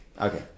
Okay